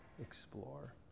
explore